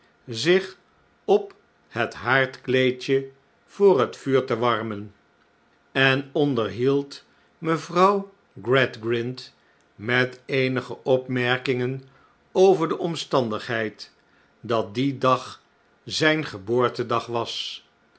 zich op het haardkleedje voor het vuur te warmen en onderhield mevrouw gradgrind met eenige opmerkingen over de omstandigheid dat die dag zijn geboortedag was